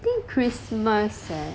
think christmas eh